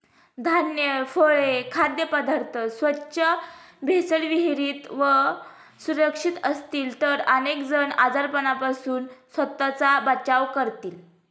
धान्य, फळे, खाद्यपदार्थ स्वच्छ, भेसळविरहित व सुरक्षित असतील तर अनेक जण आजारांपासून स्वतःचा बचाव करतील